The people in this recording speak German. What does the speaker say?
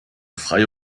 freie